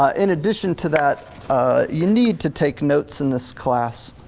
ah in addition to that you need to take notes in this class.